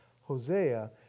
Hosea